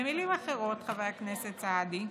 במילים אחרות, חבר הכנסת סעדי,